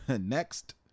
Next